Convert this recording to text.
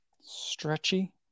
stretchy